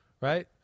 right